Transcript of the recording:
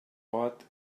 pot